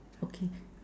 okay